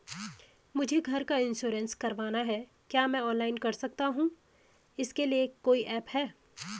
मुझे घर का इन्श्योरेंस करवाना है क्या मैं ऑनलाइन कर सकता हूँ इसके लिए कोई ऐप है?